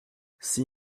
six